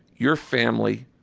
your family,